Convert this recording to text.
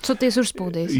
su tais užspadais